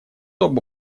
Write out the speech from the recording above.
оба